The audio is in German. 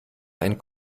ein